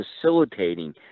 facilitating